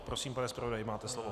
Prosím, pane zpravodaji, máte slovo.